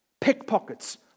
pickpockets